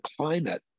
climate